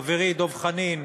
חברי דב חנין,